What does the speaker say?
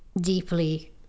deeply